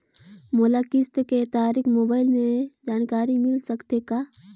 मोला किस्त के तारिक मोबाइल मे जानकारी मिल सकथे का?